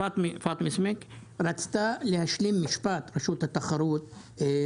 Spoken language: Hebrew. פאטמה מרשות התחרות רצתה להשלים משפט וקטענו אותה.